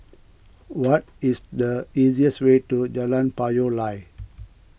what is the easiest way to Jalan Payoh Lai